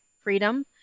freedom